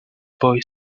boy